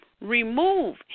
remove